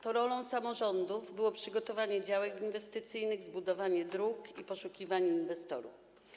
To rolą samorządów było przygotowanie działek inwestycyjnych, zbudowanie dróg i poszukiwanie inwestorów.